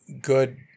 good